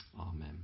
Amen